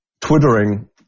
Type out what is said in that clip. Twittering